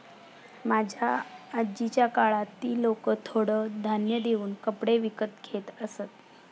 माझ्या आजीच्या काळात ती लोकं थोडं धान्य देऊन कपडे विकत घेत असत